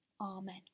amen